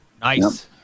Nice